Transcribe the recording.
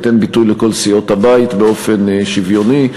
תיתן ביטוי לכל סיעות הבית באופן שוויוני.